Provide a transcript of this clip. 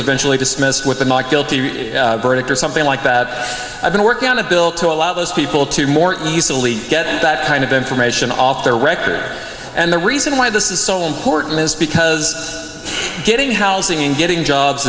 dismissed with a not guilty verdict or something like that i've been working on a bill to allow those people to more easily get that kind of information off their record and the reason why this is so important is because getting housing and getting jobs